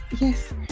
yes